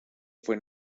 fue